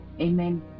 Amen